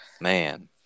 man